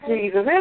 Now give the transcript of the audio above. Jesus